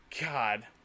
God